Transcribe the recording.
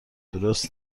درست